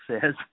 says